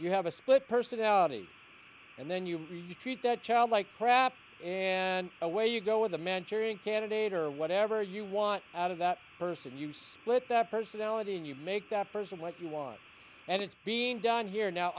you have a split personality and then you treat that child like crap away you go with the manchurian candidate or whatever you want out of that person you split that personality and you make that person what you want and it's being done here now